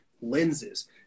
lenses